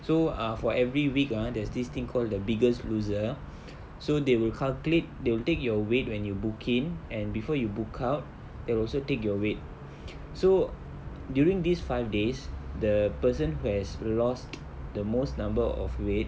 so ah for every week ah there's this thing called the biggest loser so they will calculate they'll take your weight when you book in and before you book out they'll also take your weight so during these five days the person who has lost the most number of weight